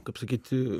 kaip sakyti